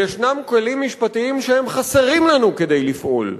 וישנם כלים משפטיים שהם חסרים לנו כדי לפעול.